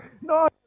No